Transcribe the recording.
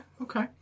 okay